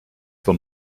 for